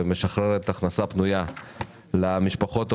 ומשחררת הכנסה פנויה למשפחות העובדות.